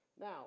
Now